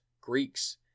Greeks